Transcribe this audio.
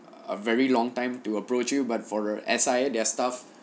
a very long time to approach you but for uh S_I_A their staff